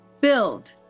build